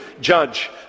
judge